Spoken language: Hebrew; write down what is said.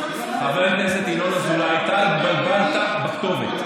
חבר הכנסת ינון אזולאי, אתה התבלבלת בכתובת.